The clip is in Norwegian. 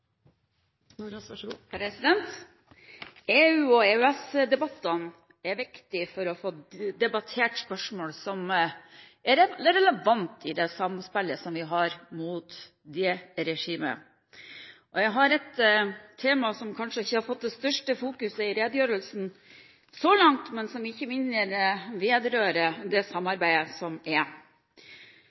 viktig for å få debattert spørsmål som er relevante i det samspillet som vi har mot det regimet. Jeg har et tema som kanskje ikke har fått det største fokuset i redegjørelsen så langt, men som ikke mindre vedrører det samarbeidet som er.